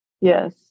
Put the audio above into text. Yes